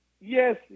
Yes